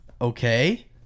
Okay